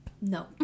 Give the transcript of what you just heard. no